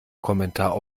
kommentar